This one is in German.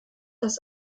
das